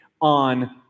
on